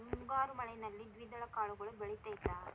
ಮುಂಗಾರಿನಲ್ಲಿ ದ್ವಿದಳ ಕಾಳುಗಳು ಬೆಳೆತೈತಾ?